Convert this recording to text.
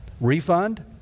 Refund